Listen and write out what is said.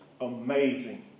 amazing